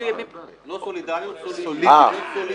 לא סולידריות, סולידיות.